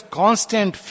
constant